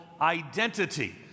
identity